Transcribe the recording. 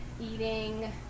eating